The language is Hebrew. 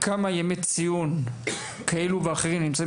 כמה ימי ציון כאלו ואחרים נמצאים